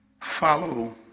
follow